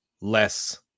less